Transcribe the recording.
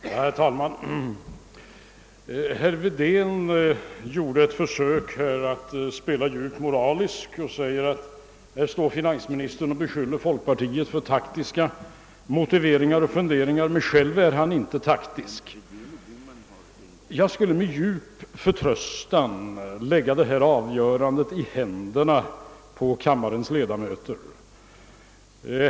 Herr talman! Herr Wedén gjorde ett försök att spela djupt moralisk. Han säger att finansministern står här och beskyller folkpartiet för taktiska motiveringar och funderingar, men själv är finansministern inte taktisk. Jag kan med djup förtröstan lägga avgörandet i den frågan i händerna på kammarens ledamöter.